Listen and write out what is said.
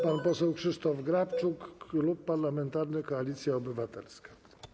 Pan poseł Krzysztof Grabczuk, Klub Parlamentarny Koalicja Obywatelska.